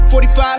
45